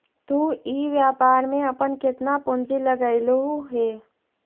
तु इ व्यापार में अपन केतना पूंजी लगएलहुं हे?